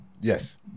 Yes